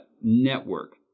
network